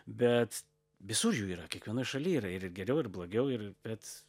bet visur jų yra kiekvienoj šaly ir ir geriau ir blogiau ir bet